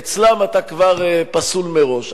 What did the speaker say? אצלם אתה כבר פסול מראש.